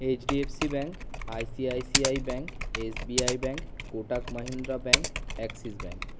HDFC bank ICICI bank SBI bank Kotak Mahindra bank Axis bank